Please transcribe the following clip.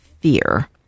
fear